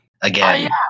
again